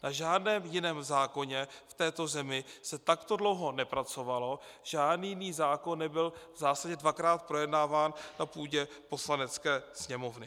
Na žádném jiném zákoně v této zemi se takto dlouho nepracovalo, žádný jiný zákon nebyl v zásadě dvakrát projednáván na půdě Poslanecké sněmovny.